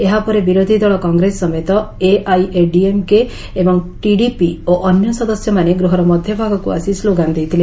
ଏହାପରେ ବିରୋଧି ଦଳ କଂଗ୍ରେସ ସମେତ ଏଆଇଏଡିଏମ୍କେ ଏବଂ ଟିଡିପି ଓ ଅନ୍ୟ ସଦସ୍ୟମାନେ ଗୃହର ମଧ୍ୟଭାଗକୁ ଆସି ସ୍କୋଗାନ ଦେଇଥିଲେ